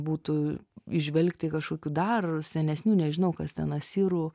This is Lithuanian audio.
būtų įžvelgti kažkokių dar senesnių nežinau kas ten asirų